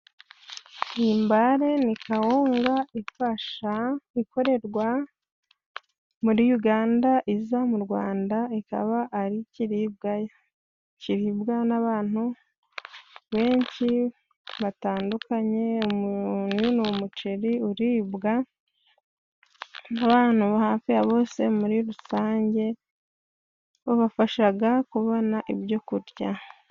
Mbale ni kawunga ifash. Ikorerwa muri Uganda, iza mu Rwanda, ikaba ari ikiribwa kiribwa n'abantu benshi batandukanye. Ni umuceri uribwa n'abantu hafi ya bose muri rusange. Bibafasha kubona ibyo kurya.